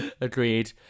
Agreed